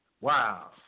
Wow